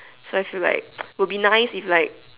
so I feel like will be nice if like